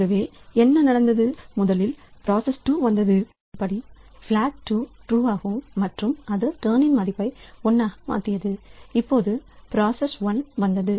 ஆகவே என்ன நடந்தது முதலில் பிராசஸ் 2 வந்தது அதன்படி பிளாக் 2 ட்ரூவாகவும் மற்றும் அது டர்ன் மதிப்பை 1 ஆக மாற்றியது இப்போது பிராசஸ் 1 வந்தது